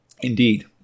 Indeed